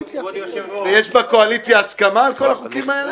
יש בקואליציה הסכמה על כל החוקים האלה?